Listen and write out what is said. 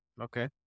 Okay